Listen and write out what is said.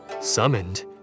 Summoned